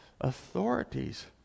authorities